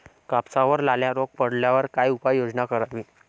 कापसावर लाल्या रोग पडल्यावर काय उपाययोजना करावी?